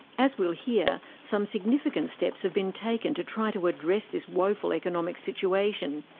as we'll hear, some significant steps have been taken to try to address this woeful economic situation,